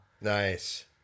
Nice